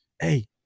Hey